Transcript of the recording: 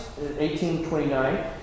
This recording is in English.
1829